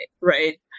Right